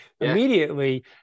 Immediately